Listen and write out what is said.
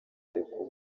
kugwa